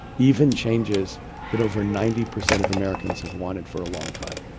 even changes that over ninety percent of americans have wanted for a long time.